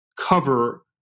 cover